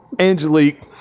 Angelique